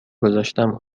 گذاشتم